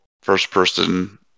first-person